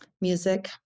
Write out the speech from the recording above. Music